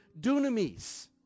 dunamis